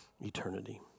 eternity